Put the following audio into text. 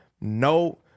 no